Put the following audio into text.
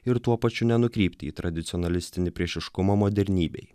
ir tuo pačiu nenukrypti į tradicionalistinį priešiškumą modernybei